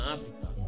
Africa